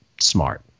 smart